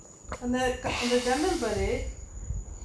அந்த அந்த ஜன்னல் பாரு:antha antha jannal paaru